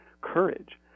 courage